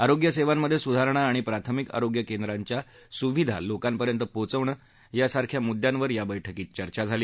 आरोग्यसेवांमधे सुधारणा आणि प्राथमिक आरोग्य केंद्राच्या सुविधा लोकांपर्यंत पोचवणं यासारख्या मुद्यांवर बैठकीत चर्चा झाली